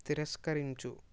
తిరస్కరించు